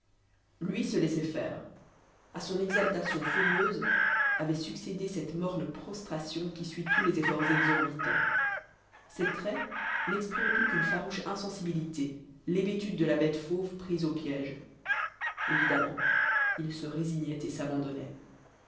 lui se laissait faire à son exaltation furieuse se avait succédé cette morne prostration qui suit tous les efforts exorbitants ses traits n'exprimaient plus qu'une farouche insensibilité l'hébétude de la bête fauve prise au piège évidemment il se résignait et s'abandonnait